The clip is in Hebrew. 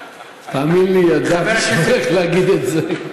תאמין לי, ידעתי שהוא הולך להגיד את זה.